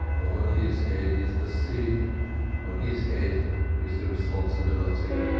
on his head is the sin on his head is the responsibility.